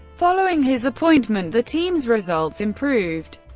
following his appointment, the team's results improved,